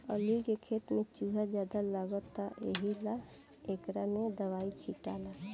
अलूइ के खेत में चूहा ज्यादे लगता एहिला एकरा में दवाई छीटाता